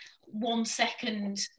one-second